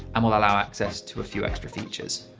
and will allow access to a few extra features.